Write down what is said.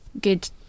good